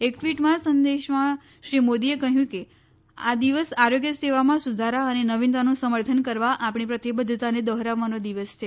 એક ટ્વીટ સંદેશમાં શ્રી મોદીએ કહ્યું છે કે આ દિવસ આરોગ્ય સેવામાં સુધારા અને નવીનતાનું સમર્થન કરવા આપણી પ્રતિબદ્ધતાને દોહરાવવાનો દિવસ છે